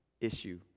issue